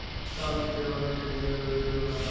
साल में केय बार मिट्टी के जाँच जरूरी होला?